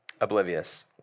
oblivious